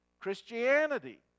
Christianity